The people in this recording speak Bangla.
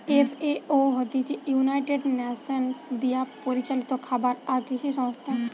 এফ.এ.ও হতিছে ইউনাইটেড নেশনস দিয়া পরিচালিত খাবার আর কৃষি সংস্থা